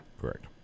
Correct